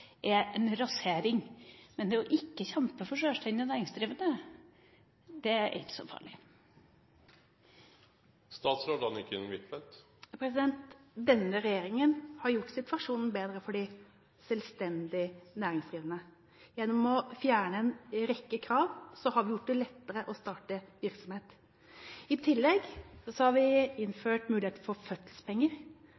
er en rasering, men ikke å kjempe for sjølstendig næringsdrivende, det er ikke så farlig? Denne regjeringen har gjort situasjonen bedre for de selvstendig næringsdrivende. Gjennom å fjerne en rekke krav har vi gjort det lettere å starte virksomhet. I tillegg har vi